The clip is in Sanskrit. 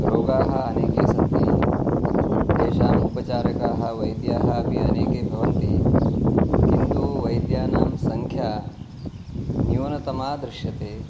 रोगाः अनेके सन्ति तेषाम् उपचारकाः वैद्याः अपि अनेके भवन्ति किन्तु वैद्यानां सङ्ख्या न्यूनतमा दृश्यते